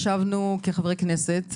חברי הכנסת,